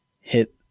hit